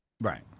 Right